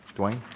dwayne?